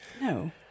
No